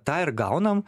tą ir gaunam